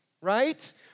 right